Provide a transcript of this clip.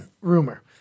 rumor